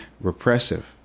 repressive